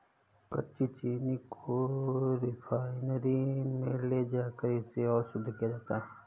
कच्ची चीनी को रिफाइनरी में ले जाकर इसे और शुद्ध किया जाता है